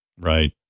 Right